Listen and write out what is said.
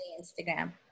Instagram